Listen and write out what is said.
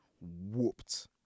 whooped